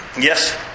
Yes